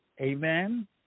Amen